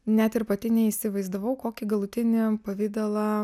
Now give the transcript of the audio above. net ir pati neįsivaizdavau kokį galutinį pavidalą